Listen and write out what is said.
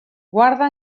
guarda